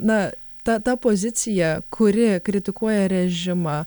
na ta ta pozicija kuri kritikuoja režimą